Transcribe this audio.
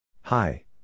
Hi